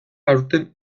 aurten